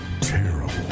terrible